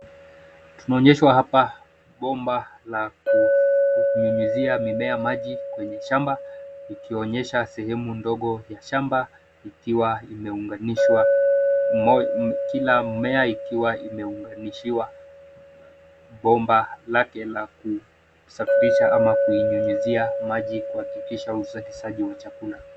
Bomba la kunyunyuzia mimea maji kwenye shamba likionyesha sehemu ndogo ya shamba. Kila mmea umeunganishwa na bomba kwa minajili ya kunyunyuziwa maji kuhakikisha uzalishaji wa chakula.